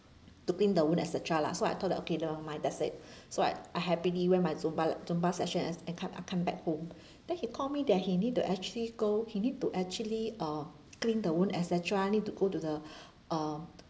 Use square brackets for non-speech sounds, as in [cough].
to clean the wound et cetera lah so I thought that okay never mind that's it [breath] so I I happily when my zumba zumba session and I come I come back home [breath] then he call me that he need to actually go he need to actually uh clean the wound et cetera need to go to the [breath] uh [noise]